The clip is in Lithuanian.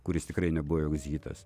kuris tikrai nebuvo joks hitas